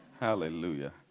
Hallelujah